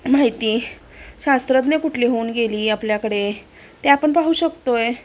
माहिती शास्त्रज्ञ कुठली होऊन गेली आपल्याकडे ते आपण पाहू शकतो आहे